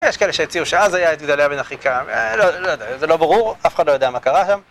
יש כאלה שהציעו שאז הייתה את גדליה בן אחיקם, לא יודע, זה לא ברור, אף אחד לא יודע מה קרה שם